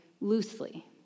loosely